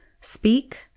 speak